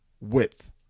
Width